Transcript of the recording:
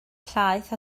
llaeth